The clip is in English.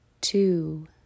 two